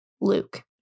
Luke